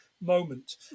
moment